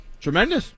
Tremendous